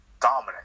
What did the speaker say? dominant